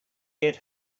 get